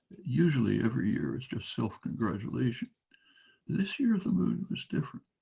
usually every year is just self-congratulation this year the mood was different